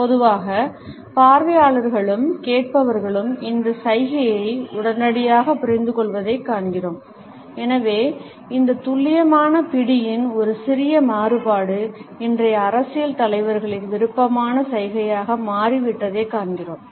பொதுவாக பார்வையாளர்களும் கேட்பவர்களும் இந்த சைகையை உடனடியாக புரிந்துகொள்வதைக் காண்கிறோம் எனவே இந்த துல்லியமான பிடியின் ஒரு சிறிய மாறுபாடு இன்றைய அரசியல் தலைவர்களின் விருப்பமான சைகையாக மாறிவிட்டதைக் காண்கிறோம்